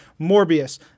Morbius